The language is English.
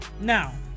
now